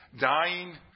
Dying